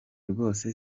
rwose